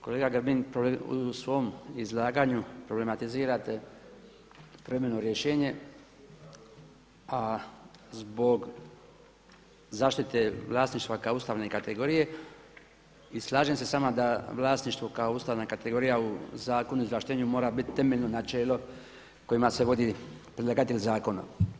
Kolega Grbin, u svom izlaganju problematizirate privremeno rješenje, a zbog zaštite vlasništva kao ustavne kategorije i slažem se da vlasništvo kao ustavna kategorija u Zakonu o izvlaštenju mora biti temeljno načelo kojima se vodi predlagatelj zakona.